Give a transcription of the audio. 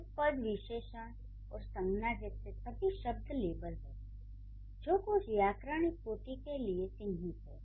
उपपद विशेषण और संज्ञा जैसे सभी शब्द लेबल हैं जो कुछ व्याकरणिक कोटियों के लिए चिह्नित हैं